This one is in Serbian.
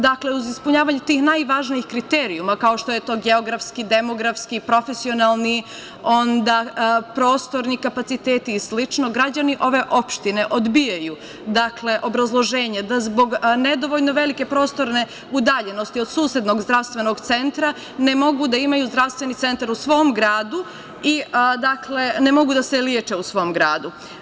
Dakle, uz ispunjavanje tih najvažnijih kriterijuma, kao što je geografski, demografski, profesionalni, onda prostorni kapaciteti i slično, građani ove opštine odbijaju obrazloženje da zbog nedovoljno velike prostorne udaljenosti od susednog zdravstvenog centra ne mogu da imaju zdravstveni centar u svom gradu i ne mogu da se leče u svom gradu.